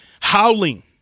howling